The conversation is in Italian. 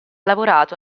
lavorato